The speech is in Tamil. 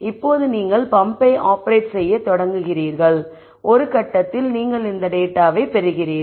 இப்போது நீங்கள் பம்ப்பை ஆப்பரேட் செய்ய தொடங்குகிறீர்கள் ஒரு கட்டத்தில் நீங்கள் இந்த டேட்டாவைப் பெறுவீர்கள்